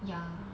ya